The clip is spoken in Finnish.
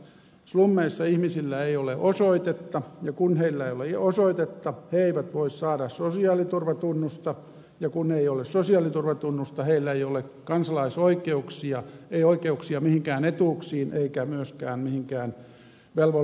slummeissa ihmisillä ei ole osoitetta ja kun heillä ei ole osoitetta he eivät voi saada sosiaaliturvatunnusta ja kun ei ole sosiaaliturvatunnusta heillä ei ole kansalaisoikeuksia ei oikeuksia mihinkään etuuksiin eikä myöskään mihinkään velvollisuuksiin